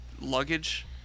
luggage